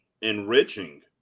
enriching